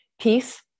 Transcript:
peace